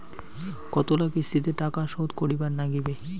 কতোলা কিস্তিতে টাকা শোধ করিবার নাগীবে?